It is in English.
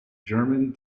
german